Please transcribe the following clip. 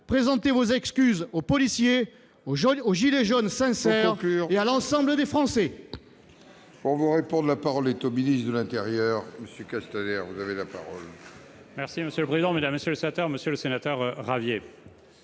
présenter vos excuses aux policiers, aux « gilets jaunes » sincères et à l'ensemble des Français